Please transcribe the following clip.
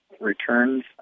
returns